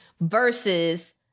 Versus